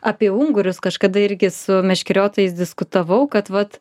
apie ungurius kažkada irgi su meškeriotojais diskutavau kad vat